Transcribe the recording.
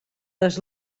les